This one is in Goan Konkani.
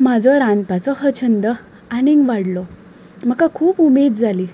म्हाजो रांदपाचो हो छंद आनीक वाडलो म्हाका खूब उमेद जाली